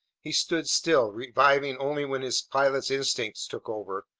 he stood still, reviving only when his pilot's instincts took over.